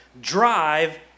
drive